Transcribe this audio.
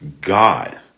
god